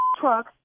truck